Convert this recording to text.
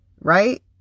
right